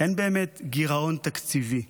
אין באמת גירעון תקציבי,